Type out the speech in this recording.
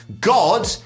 God